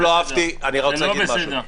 זה לא בסדר.